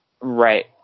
Right